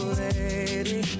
lady